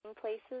places